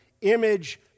image